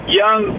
young